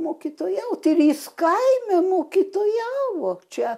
mokytojauti ir jis kaime mokytojavo čia